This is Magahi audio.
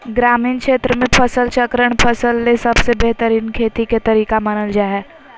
ग्रामीण क्षेत्र मे फसल चक्रण फसल ले सबसे बेहतरीन खेती के तरीका मानल जा हय